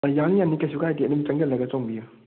ꯑꯥ ꯌꯥꯅꯤ ꯌꯥꯅꯤ ꯀꯩꯁꯨ ꯀꯥꯏꯗꯦ ꯑꯗꯨꯝ ꯆꯪꯁꯤꯜꯂꯒ ꯆꯣꯡꯕꯤꯌꯨ